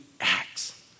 acts